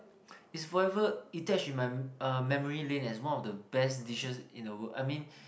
is forever attached in my uh memory lane as one of the best dishes in the world I mean